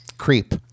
Creep